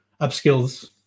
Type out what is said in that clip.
upskills